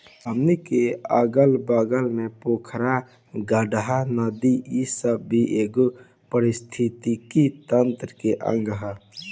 हमनी के अगल बगल के पोखरा, गाड़हा, नदी इ सब भी ए पारिस्थिथितिकी तंत्र के अंग ह